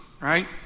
right